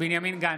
בנימין גנץ,